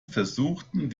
versuchten